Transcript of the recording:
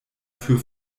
für